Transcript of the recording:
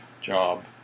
job